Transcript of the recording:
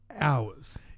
hours